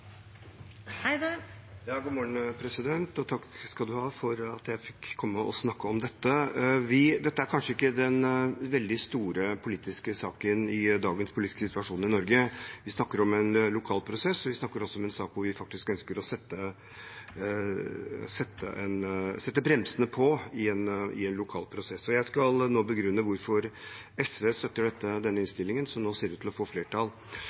God morgen, president, og takk for at jeg fikk komme og snakke om dette. Dette er kanskje ikke den veldig store politiske saken i dagens politiske situasjon i Norge. Vi snakker om en lokal prosess, og vi snakker om en sak hvor vi faktisk ønsker å sette bremsene på i en lokal prosess. Jeg skal nå begrunne hvorfor SV støtter denne innstillingen, som ser ut til å få flertall.